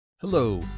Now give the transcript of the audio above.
Hello